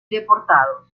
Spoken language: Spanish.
deportados